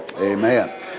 Amen